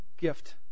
gift